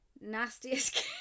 Nastiest